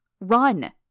Run